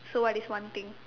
so what is one thing